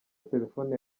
telefone